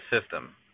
system